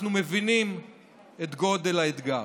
אנחנו מבינים את גודל האתגר.